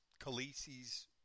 Khaleesi's